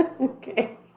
okay